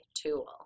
tool